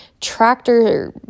tractor